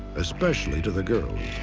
especially to the girls.